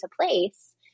place